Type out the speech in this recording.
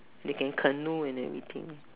they can canoe and everything